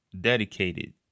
dedicated